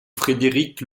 frédéric